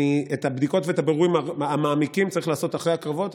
את הבדיקות והבירורים המעמיקים צריך לעשות אחרי הקרבות,